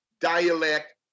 dialect